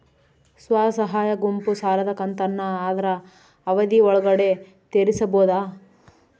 ಸ್ವಸಹಾಯ ಗುಂಪು ಸಾಲದ ಕಂತನ್ನ ಆದ್ರ ಅವಧಿ ಒಳ್ಗಡೆ ತೇರಿಸಬೋದ?